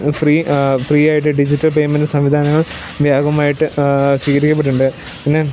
free free ആയിട്ട് digital payment സംവിധാനങ്ങൾ വ്യാപകമായിട്ട് സ്ഥിരീകരിക്കപ്പെട്ടിട്ടുണ്ട് പിന്നെ